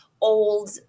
old